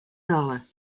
dollar